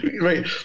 Right